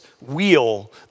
wheel